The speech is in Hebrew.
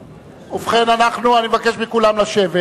ובכן, אני מבקש מכולם לשבת